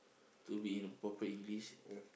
to be in a proper English